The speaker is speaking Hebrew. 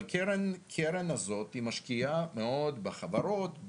אבל הקרן הזאת משקיעה מאוד בחברות,